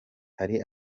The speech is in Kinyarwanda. hari